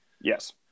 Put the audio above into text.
Yes